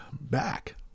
back